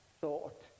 thought